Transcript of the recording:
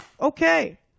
Okay